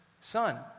son